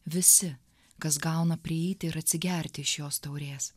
visi kas gauna prieiti ir atsigerti iš jos taurės